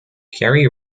kerry